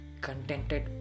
contented